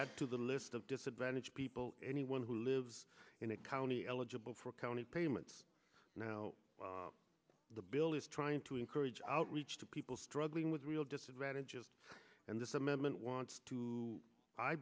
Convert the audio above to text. add to the list of disadvantaged people anyone who lives in that county elegy but for county payments now the bill is trying to encourage outreach to people struggling with real disadvantage is and this amendment wants to i